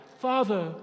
Father